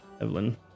Evelyn